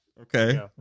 Okay